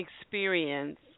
experience